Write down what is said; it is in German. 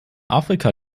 afrika